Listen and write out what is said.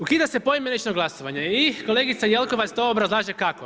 Ukida se poimenično glasovanje i kolegica Jelkovac to obrazlaže kako?